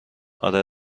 آره